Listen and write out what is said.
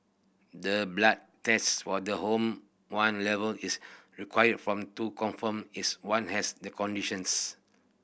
the blood tests for the hormone level is required from to confirm is one has the conditions